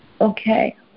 Okay